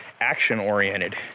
action-oriented